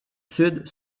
sud